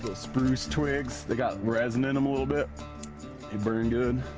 spruce twigs, they got resin in them a little bit. they burn good.